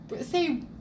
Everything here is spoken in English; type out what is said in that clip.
say